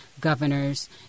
governors